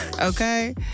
okay